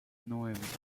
nueve